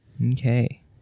Okay